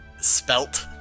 spelt